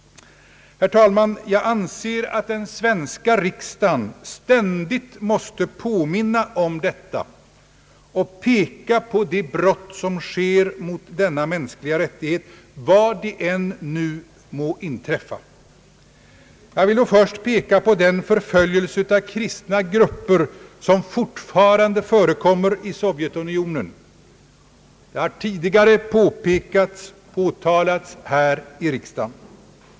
Herr talman! Jag anser att den svenska riksdagen ständigt måste påminna om detta och peka på de brott som sker mot denna mänskliga rättighet var de än må inträffa. Jag vill då först peka på den förföljelse av kristna grupper som fortfarande förekommer i Sovjetunionen. Den har tidigare påtalats här i riksdagen.